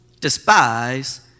despise